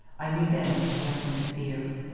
i knew then i had nothing to fear.